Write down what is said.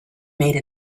made